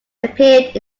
appeared